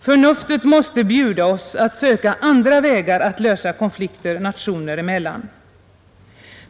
Förnuftet måste bjuda oss att söka andra vägar att lösa konflikter nationer emellan.